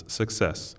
success